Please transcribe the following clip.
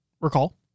recall